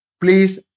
Please